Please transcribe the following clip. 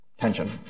tension